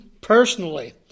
personally